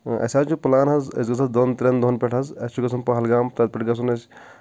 اسہِ حظ چھ پٕلان حظ أسی گژھو دۅن ترٛین دۅہن پٮ۪ٹھ حظ اسہ چھُ گژھن پہلگام تَتہ پٮ۪ٹھ گژھن اسہ